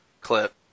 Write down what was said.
clip